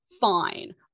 fine